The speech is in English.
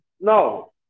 No